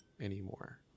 anymore